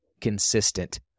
consistent